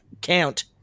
count